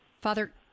Father